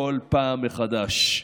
כל פעם מחדש.